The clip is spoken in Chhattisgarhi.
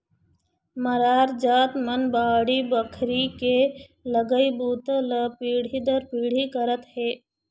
मरार जात मन बाड़ी बखरी के लगई बूता ल पीढ़ी दर पीढ़ी करत हे